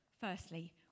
Firstly